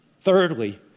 Thirdly